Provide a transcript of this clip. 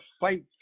fight